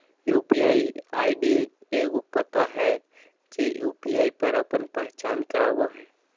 UPI ID एगो पता हइ जे यू.पी.आई पर आपन पहचान करावो हइ